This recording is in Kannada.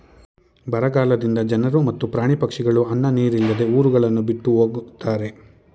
ಬರಗಾಲದಿಂದ ಜನರು ಮತ್ತು ಪ್ರಾಣಿ ಪಕ್ಷಿಗಳು ಅನ್ನ ನೀರಿಲ್ಲದೆ ಊರುಗಳನ್ನು ಬಿಟ್ಟು ಹೊಗತ್ತರೆ